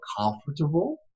comfortable